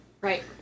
Right